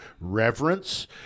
reverence